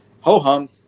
ho-hum